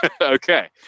Okay